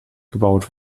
gebaut